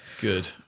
Good